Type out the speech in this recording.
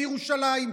בירושלים,